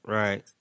right